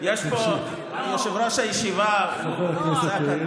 יושב-ראש הישיבה נמצא כאן.